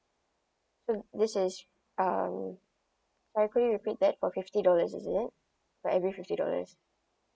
so this is um sorry could you repeat that for fifty dollars is it for every fifty dollars